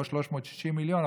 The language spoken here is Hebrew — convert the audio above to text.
לא 360 מיליון,